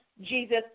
jesus